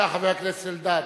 חבר הכנסת אלדד,